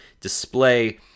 display